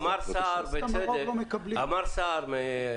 עידו, אמר כאן סער אשל,